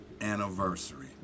anniversary